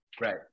Right